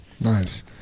Nice